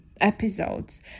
episodes